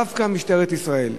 דווקא משטרת ישראל,